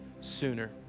sooner